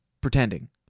pretending